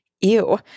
Ew